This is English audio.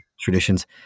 traditions